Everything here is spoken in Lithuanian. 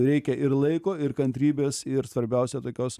reikia ir laiko ir kantrybės ir svarbiausia tokios